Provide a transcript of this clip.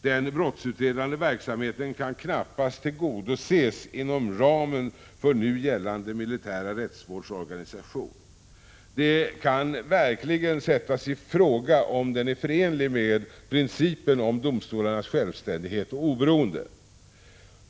Den brottsutredande verksamheten kan knappast tillgodoses inom ramen för nu gällande militära rättsvårdsorganisation. Det kan verkligen sättas i fråga om den är förenlig med principen om domstolarnas självständighet och oberoende.